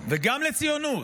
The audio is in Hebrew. וגם לציונות,